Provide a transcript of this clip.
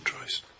choice